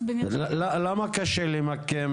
למה קשה למקם